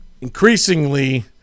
increasingly